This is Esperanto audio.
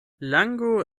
lango